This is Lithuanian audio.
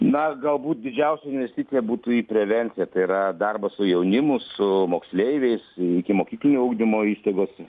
na galbūt didžiausia investicija būtų į prevenciją tai yra darbas su jaunimu su moksleiviais ikimokyklinio ugdymo įstaigos